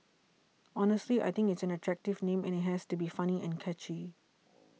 honestly I think it's an attractive name and it has to be funny and catchy